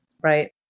Right